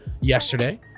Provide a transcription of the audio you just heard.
yesterday